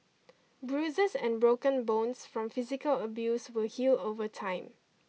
bruises and broken bones from physical abuse will heal over time